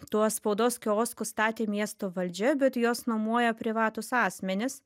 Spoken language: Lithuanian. tuos spaudos kioskus statė miesto valdžia bet juos nuomoja privatūs asmenys